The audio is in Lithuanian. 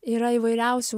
yra įvairiausių